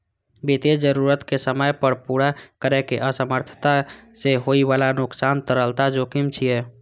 वित्तीय जरूरत कें समय पर पूरा करै मे असमर्थता सं होइ बला नुकसान तरलता जोखिम छियै